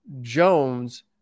Jones